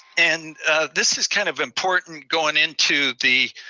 and this is kind of important going into the